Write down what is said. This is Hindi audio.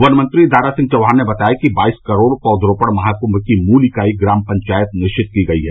वन मंत्री दारा सिंह चौहान ने बताया है कि बाईस करोड़ पौध रोपण महाकुम्भ की मूल इकाई ग्राम पंचायत निश्चित की गयी है